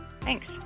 Thanks